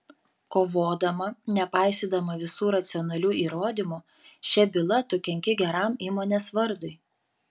kovodama nepaisydama visų racionalių įrodymų šia byla tu kenki geram įmonės vardui